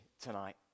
tonight